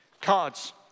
cards